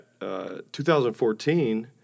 2014